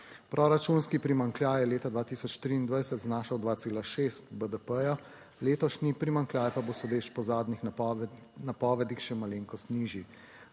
Proračunski primanjkljaj je leta 2023 znašal 2,6 BDP. Letošnji primanjkljaj pa bo, sodeč po zadnjih napovedih, še malenkost nižji.